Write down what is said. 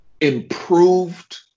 improved